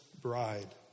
bride